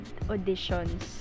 auditions